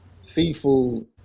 seafood